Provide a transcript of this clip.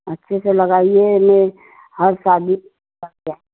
अच्छे से लगाइए मैं हर शादी